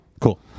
Cool